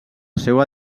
seua